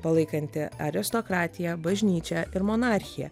palaikanti aristokratiją bažnyčią ir monarchiją